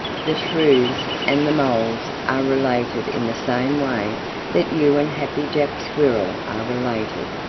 the shrews and the moles are related in the same way that you and happy jack squirrel are related.